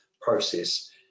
process